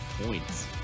points